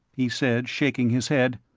he said shaking his head,